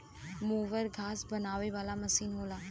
mower घास बनावे वाला मसीन होला